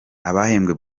abahembwe